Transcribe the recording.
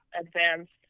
advanced